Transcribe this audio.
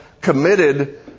committed